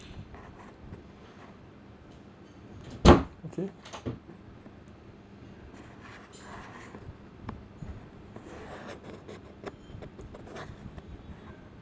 okay